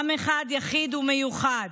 עם אחד, יחיד ומיוחד,